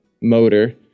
motor